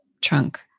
trunk